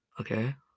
Okay